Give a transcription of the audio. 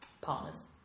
Partners